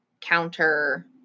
counter